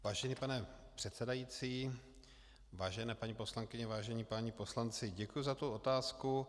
Vážený pane předsedající, vážené paní poslankyně, vážení páni poslanci, děkuji za tu otázku.